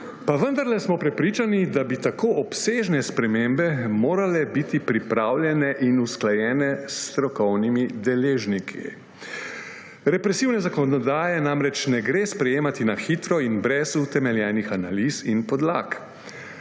Pa vendarle smo prepričani, da bi tako obsežne spremembe morale biti pripravljene in usklajene s strokovnimi deležniki. Represivne zakonodaje namreč ne gre sprejemati na hitro in brez utemeljenih analiz in podlag.